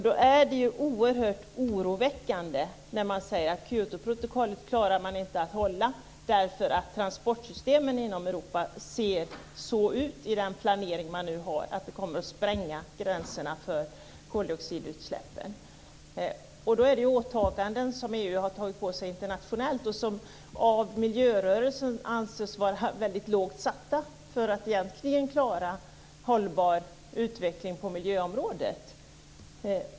Då är det ju oerhört oroväckande när man säger att man inte klarar att hålla Kyotoprotokollet därför att transportsystemen inom Europa ser så ut i den planering man nu har att det kommer att spränga gränserna för koldioxidutsläppen. De åtaganden som EU har tagit på sig internationellt anses av miljörörelsen vara lågt satta för att klara hållbar utveckling på miljöområdet.